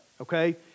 okay